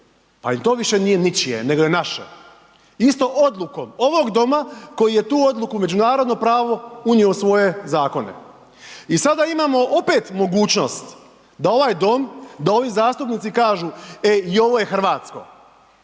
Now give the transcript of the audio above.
pa i to više nije ničije, nego je naše. Isto odlukom ovog Doma koji je tu odluku u međunarodno pravo unio u svoje zakone. I sada imamo opet mogućnost da ovaj Dom, da ovi zastupnici kažu, e i ovo je hrvatsko,